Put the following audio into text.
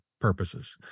purposes